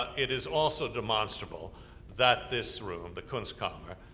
it is also demonstrable that this room, the kunstkammer,